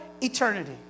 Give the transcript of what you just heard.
eternity